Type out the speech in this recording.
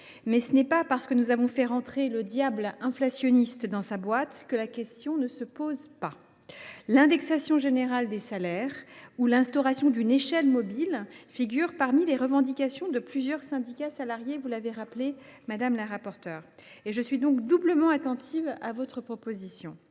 ce n’est pas parce que nous avons fait rentrer le diable inflationniste dans sa boîte que la question ne se pose plus ! L’indexation générale des salaires sur l’inflation ou l’instauration d’une échelle mobile figurent parmi les revendications de plusieurs syndicats salariés, ainsi que Mme la rapporteure l’a rappelé. Je suis donc doublement attentive à la proposition